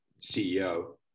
CEO